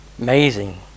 amazing